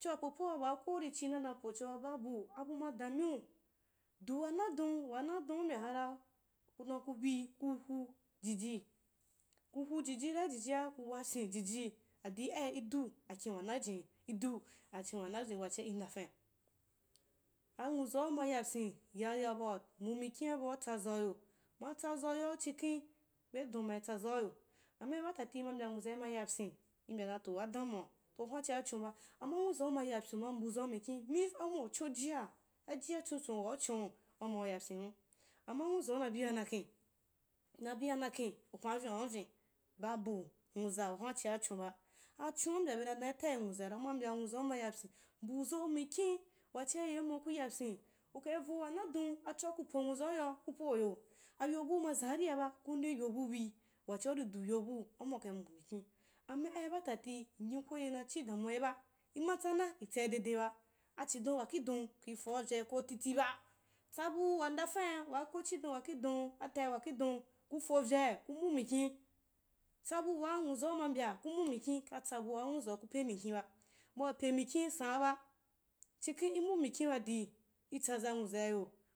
choa baa ko uri china napoba babu abu ma dan mea duwa nadon wanadonna u mbya hara ku kau kubi kuhu jijii, kuhu i jira ijiji ka wakyin jiji aji ai idu akin wanajinna idu achiu wana jinni wachia inda raul wana jinni dau achiu wana jinni wachia inda fanl anwu zau ma yapyin ya yabau mbu mikaubau utsazauyo uma tsazau yoa chikaj be don ma itsazauyo, amma ai ba tati imai mbya nwuzai mayaoyiu imbya dan toh adamuwa wahuna chia chonba, amma nwuzau ma yapyin uma mbu zau mikin mean auma uchonjia ajia chonhon waa uchon auma yayn hun, amma nwuzau ma bia nyakhen na bia nakhen upania vyonabyin babu uzuwa wahuma chia chonba achona u mbya bena dau itai nwuzaira uma mbya nwuzau ma yapyi mbu zau mikin wachia kuyapyin ukai vo wanadon acho ku po nwuzauyoa kuo yo, abu ma zan ariaba ki ude yo bu bi, wachia uri du yob u auma a ba tati myim koye nachii damuwaiba imatsana itsai dedeba achidou wakhi don kui foauyi kotitiba, tsabu wandakai waa ko chdion wakhidon atai wakhidon karovyai, ku mbuu mukun tsabu waa anwuzau ma mbya ku mbu mikii katsa bua nwuzau ku pemikinba bya pemikin sanaba chikem imbu mikin ba dii itsaza nwuzaiyo